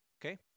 Okay